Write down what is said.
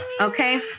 okay